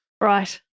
Right